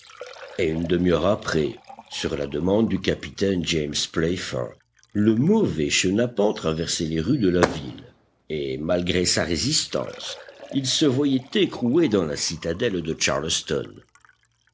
et une demi-heure après sur la demande du capitaine james playfair le mauvais chenapan traversait les rues de la ville et malgré sa résistance il se voyait écroué dans la citadelle de charleston